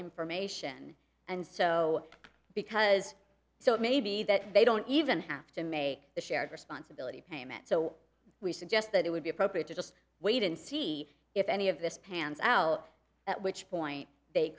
information and so because so it may be that they don't even have to make the shared responsibility payment so we suggest that it would be appropriate to just wait and see if any of this pans out at which point they